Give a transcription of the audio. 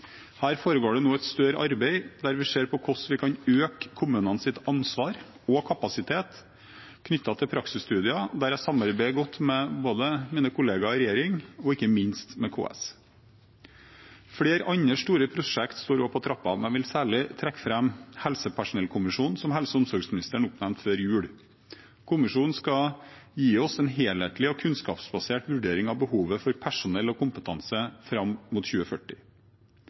nå et større arbeid der vi ser på hvordan vi kan øke kommunenes ansvar og kapasitet knyttet til praksisstudier, og der samarbeider jeg godt både med mine kollegaer i regjeringen og ikke minst med KS. Flere andre store prosjekter står også på trappene. Jeg vil særlig trekke fram helsepersonellkommisjonen, som helse- og omsorgsministeren oppnevnte før jul. Kommisjonen skal gi oss en helhetlig og kunnskapsbasert vurdering av behovet for personell og kompetanse fram mot 2040.